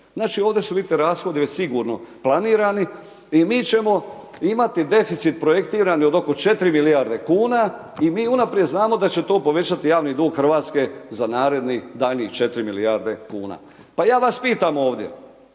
Znači ovdje su vidite rashodi već sigurno planirani i mi ćemo imati deficit projektiran oko 4 milijarde kn i mi unaprijed znamo da će to povećati javni dug Hrvatske za narednih daljnje 4 milijarde kn. Pa ja vas pitam ovdje,